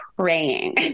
praying